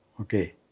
Okay